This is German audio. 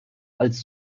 als